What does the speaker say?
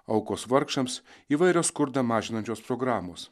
aukos vargšams įvairios skurdą mažinančios programos